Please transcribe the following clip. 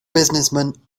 businessmen